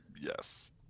Yes